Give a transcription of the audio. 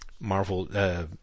Marvel